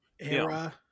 era